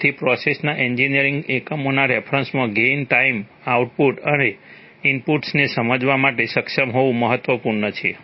તેથી પ્રોસેસના એન્જિનિયરિંગ એકમોના રેફરન્સમાં ગેઇન ટાઈમ આઉટપુટ અને ઇનપુટ્સને સમજવા માટે સક્ષમ હોવું મહત્વપૂર્ણ છે